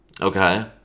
Okay